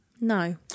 No